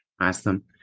Awesome